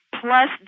plus